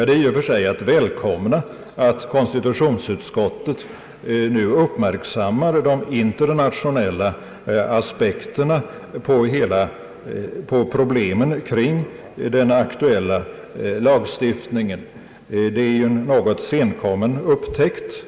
Det är i och för sig att välkomna att konstitutionsutskottet nu uppmärksammar de internationella aspekterna på problemen kring den aktuella lagstiftningen. Det är ju en något senkommen upptäckt.